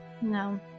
No